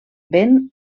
ben